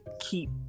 keep